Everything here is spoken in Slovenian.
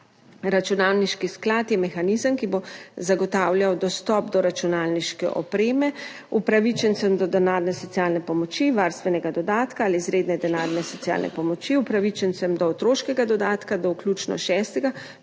Računalniški sklad je mehanizem, ki bo zagotavljal dostop do računalniške opreme, upravičencem do denarne socialne pomoči, varstvenega dodatka ali izredne denarne socialne pomoči, upravičencem do otroškega dodatka do vključno šestega